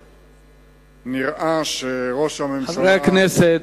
נראה שראש הממשלה, חברי הכנסת.